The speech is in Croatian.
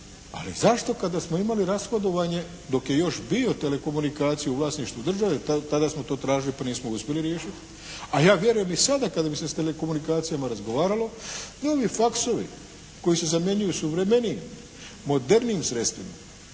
ali zašto kada smo imali rashodovanje dok je još bio telekomunikacija u vlasništvu države, tada smo to tražili pa nismo uspjeli riješiti, a ja vjerujem i sada kada bi se s telekomunikacijama razgovaralo …/Govornik se ne razumije./… faksovi koji se zamjenjuju suvremenijim, modernijim sredstvima